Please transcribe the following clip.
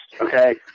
okay